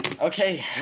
Okay